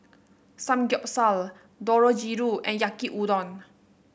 Samgyeopsal Dangojiru and Yaki Udon